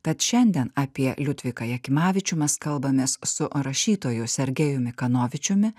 tad šiandien apie liudviką jakimavičių mes kalbamės su rašytoju sergejumi kanovičiumi